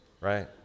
right